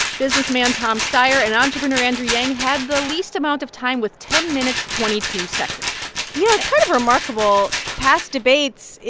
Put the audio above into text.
businessman tom steyer. and entrepreneur andrew yang had the least amount of time with ten minutes, twenty two seconds yeah. it's kind of remarkable. past debates,